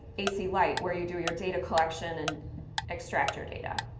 ac light, where you do your data collection and extract your data.